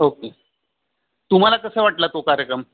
okay तुम्हाला कसा वाटला तो कार्यक्रम